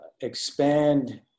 expand